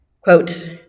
Quote